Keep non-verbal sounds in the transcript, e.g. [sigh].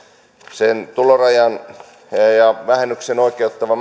sen tulorajan ja vähennyksen oikeuttavaa [unintelligible]